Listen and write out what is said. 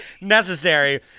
necessary